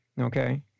okay